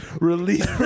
Release